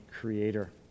creator